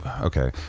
okay